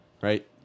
Right